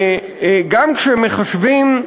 גם כשמחשבים,